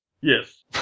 Yes